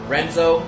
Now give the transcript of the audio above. Renzo